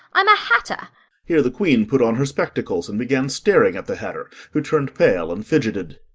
i'm a hatter here the queen put on her spectacles, and began staring at the hatter, who turned pale and fidgeted.